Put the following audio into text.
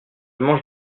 mange